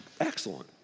Excellent